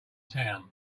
town